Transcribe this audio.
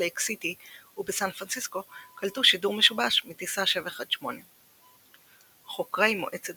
לייק סיטי ובסן פרנסיסקו קלטו שידור משובש מטיסה 718. חוקרי מועצת